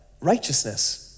Righteousness